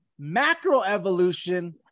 Macroevolution